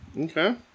Okay